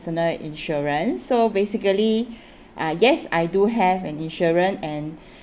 ~sonal insurance so basically uh yes I do have an insurance and